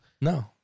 No